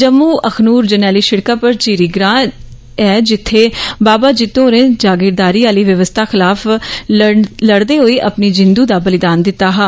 जम्मू अखनूर जरनैली सिड़कै पर झिरी ग्रां ऐ जित्थे बाबा जित्तो होरें जागीरदारी आली व्यवस्था खलाफ लड़दे होई जिंदू दा बलिदान दित्ता हा